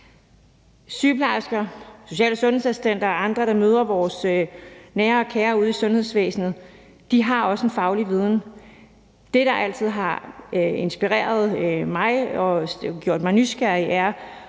Sygeplejersker, social- og sundhedsassistenter og andre, der møder vores nære og kære ude i sundhedsvæsenet, har også en faglig viden. Det, der altid har inspireret mig og gjort mig nysgerrig, er,